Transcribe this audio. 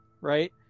right